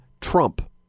Trump